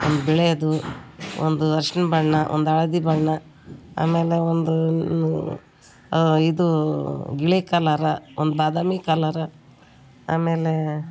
ಒಂದು ಬಿಳೀದು ಒಂದು ಅರ್ಶಿಣ ಬಣ್ಣ ಒಂದು ಹಳದಿ ಬಣ್ಣ ಆಮೇಲೆ ಒಂದು ಇದು ಗಿಳಿ ಕಲ್ಲರ್ ಒಂದು ಬಾದಾಮಿ ಕಲ್ಲರ್ ಆಮೇಲೇ